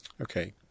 Okay